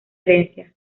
herencia